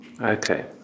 Okay